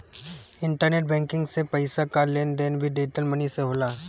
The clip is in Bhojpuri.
इंटरनेट बैंकिंग से पईसा कअ लेन देन भी डिजटल मनी से होला